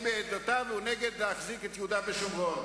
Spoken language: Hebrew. בעמדותיו והוא נגד החזקת יהודה ושומרון.